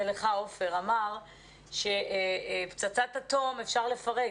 שאמר שפצצת אטום אפשר לפרק,